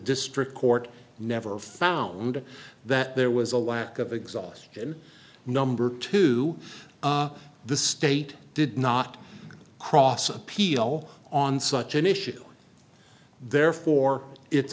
district court never found that there was a lack of exhaustion number two the state did not cross appeal on such an issue therefore it's